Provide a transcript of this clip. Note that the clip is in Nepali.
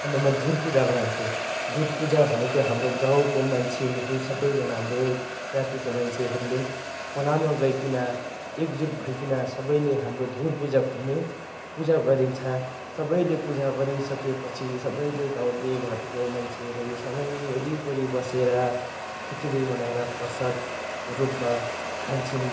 अन्त म धुर पूजाको भन्छु धुर पूजा भनेको हाम्रो गाउँको मान्छेहरू सबैजना हाम्रो जातिको मान्छेहरूले खोलामा गइकन एकजुट भइकन सबैले हाम्रो धुर पूजा भन्ने पूजा गरिन्छ सबैले पूजा गरिसकेपछि सबैले गाउँले घर को मान्छेहरूसँगै वरिपरि बसेर खिचडी बनाएर प्रसादको रूपमा खान्छौँ